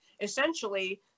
essentially